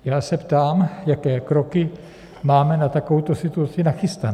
Já se ptám, jaké kroky máme na takovouto situaci nachystané.